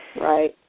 Right